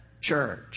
church